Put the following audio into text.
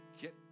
Get